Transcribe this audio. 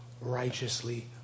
righteously